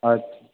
अच्छा